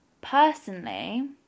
personally